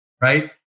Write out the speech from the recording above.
right